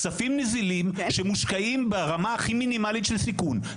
כספים נזילים שמושקעים ברמה הכי מינימלית של סיכון.